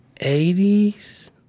80s